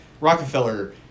Rockefeller